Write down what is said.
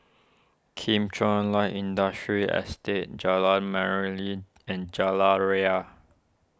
Kim Chuan Light Industrial Estate Jalan Merlimau and Jalan Ria